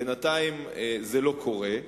בינתיים זה לא קורה.